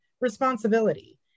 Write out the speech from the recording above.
responsibility